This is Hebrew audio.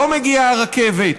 לא מגיעה הרכבת: